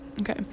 Okay